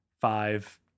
five